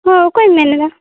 ᱦᱮᱸ ᱚᱠᱚᱭᱮᱢ ᱢᱮᱱᱮᱫᱟ